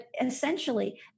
essentially